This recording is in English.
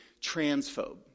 transphobe